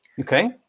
Okay